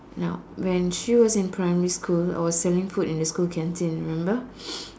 now when she was in primary school I was selling food in the school canteen remember